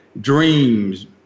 dreams